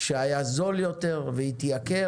שהיה זול יותר והתייקר,